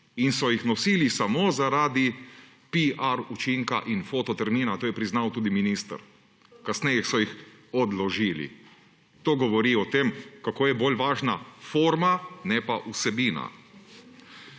In so jih nosili samo zaradi piar učinka in fototermina, to je priznal tudi minister. Kasneje so jih odložili. To govori o tem, kako je bolj važna forma, ne pa vsebina.